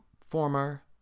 former